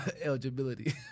eligibility